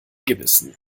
gebissen